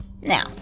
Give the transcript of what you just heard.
Now